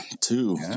two